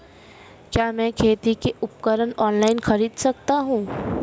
क्या मैं खेती के उपकरण ऑनलाइन खरीद सकता हूँ?